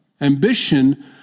Ambition